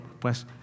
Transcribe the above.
pues